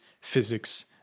physics